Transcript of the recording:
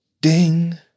Ding